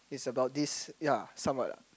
it's about this ya some what lah